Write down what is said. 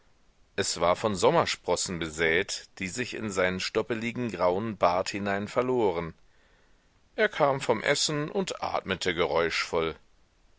es war von sommersprossen besät die sich in seinen stoppeligen grauen bart hinein verloren er kam vom essen und atmete